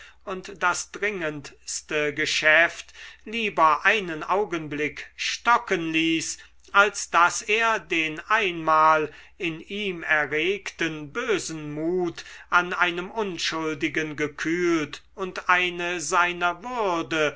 und das dringendste geschäft lieber einen augenblick stocken ließ als daß er den einmal in ihm erregten bösen mut an einem unschuldigen gekühlt und eine seiner würde